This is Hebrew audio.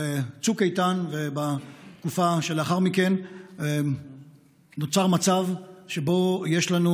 בצוק איתן ובתקופה שלאחר מכן נוצר מצב שבו יש לנו,